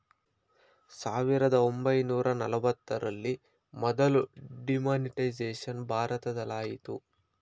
ಸಾವಿರದ ಒಂಬೈನೂರ ನಲವತ್ತರಲ್ಲಿ ಮೊದಲ ಡಿಮಾನಿಟೈಸೇಷನ್ ಭಾರತದಲಾಯಿತು